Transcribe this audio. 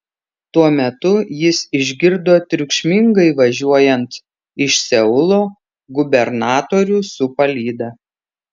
tuo metu jis išgirdo triukšmingai važiuojant iš seulo gubernatorių su palyda